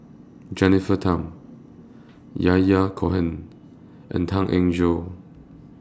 Jennifer Tham Yahya Cohen and Tan Eng Joo